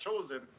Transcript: chosen